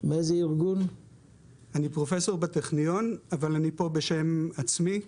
אני פרופסור בטכניון אבל פה אני בשם עצמי כאזרח,